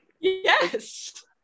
Yes